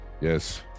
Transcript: Yes